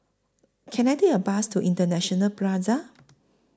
Can I Take A Bus to International Plaza